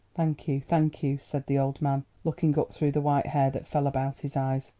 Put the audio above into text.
thank you thank you, said the old man, looking up through the white hair that fell about his eyes.